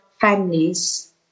families